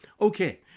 Okay